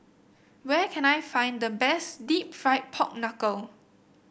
where can I find the best deep fried Pork Knuckle